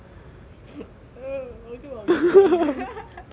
uh 我跟 mummy 讲